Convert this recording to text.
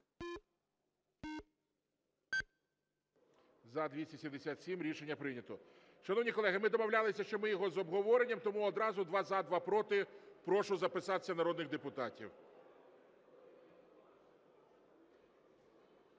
За-277 Рішення прийнято. Шановні колеги, ми домовлялися, що ми його з обговоренням, тому одразу: два – за, два – проти. Прошу записатися народних депутатів.